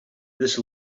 this